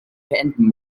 beenden